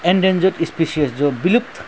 endangered species जो विलुप्त